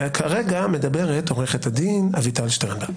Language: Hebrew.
אבל כרגע מדברת עו"ד אביטל שטרנברג.